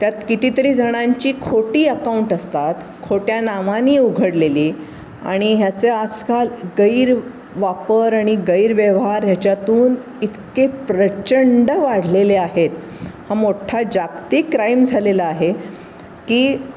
त्यात कितीतरी जणांची खोटी अकाउंट असतात खोट्या नावाने उघडलेली आणि ह्याचे आजकाल गैरवापर आणि गैरव्यवहार ह्याच्यातून इतके प्रचंड वाढलेले आहेत हा मोठा जागतिक क्राईम झालेला आहे की